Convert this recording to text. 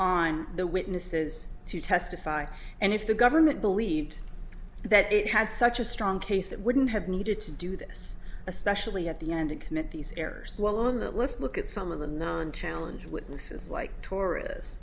on the witnesses to testify and if the government believed that it had such a strong case it wouldn't have needed to do this especially at the end to commit these errors while on that list look at some of the non challenge witnesses like taur